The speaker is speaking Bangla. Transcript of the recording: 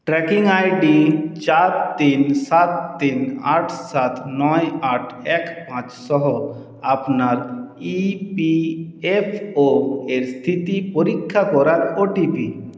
ট্র্যাকিং আই ডি চার তিন সাত তিন আট সাত নয় আট এক পাঁচ সহ আপনার ই পি এফ ও এর স্থিতি পরীক্ষা করার ও টি পি